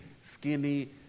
skinny